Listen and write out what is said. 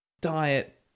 diet